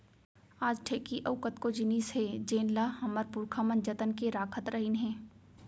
आज ढेंकी अउ कतको जिनिस हे जेन ल हमर पुरखा मन जतन के राखत रहिन हे